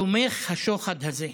תומך השוחד הזה.